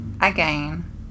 again